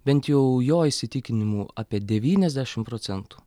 bent jau jo įsitikinimu apie devyniasdešim procentų